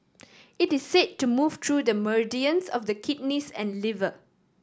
it is say to move through the meridians of the kidneys and liver